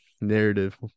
narrative